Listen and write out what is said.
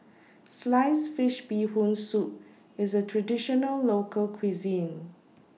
Sliced Fish Bee Hoon Soup IS A Traditional Local Cuisine